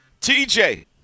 TJ